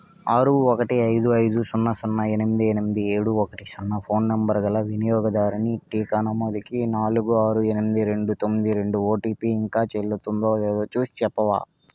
ఆరు ఒకటి ఐదు ఐదు సున్నా సున్నా ఎనిమిది ఎనిమిది ఏడు ఒకటి సున్నా ఫోన్ నంబరు గల వినియోగదారుని టీకా నమోదుకి నాలుగు ఆరు ఎనిమిది రెండు తొమ్మిది రెండు ఓటీపీ ఇంకా చెల్లుతుందో లేదో చూసి చెప్పవా